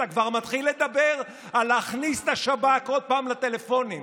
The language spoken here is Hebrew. ואתה כבר מתחיל לדבר על להכניס את השב"כ עוד פעם לטלפונים.